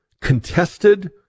contested